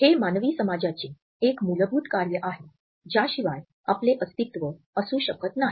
हे मानवी समाजाचे एक मूलभूत कार्य आहे ज्याशिवाय आपले अस्तित्व असू शकत नाही